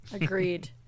Agreed